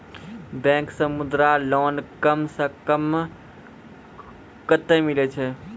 Bank से Mudra loan कम सऽ कम कतैय मिलैय छै?